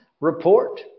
report